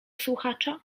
słuchacza